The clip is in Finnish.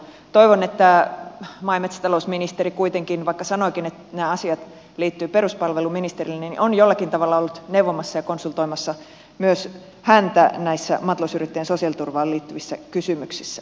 toivon että maa ja metsätalousministeri vaikka sanoikin että nämä asiat liittyvät peruspalveluministerille on kuitenkin jollakin tavalla ollut neuvomassa ja konsultoimassa myös häntä näissä maatalousyrittäjien sosiaaliturvaan liittyvissä kysymyksissä